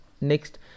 Next